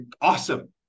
Awesome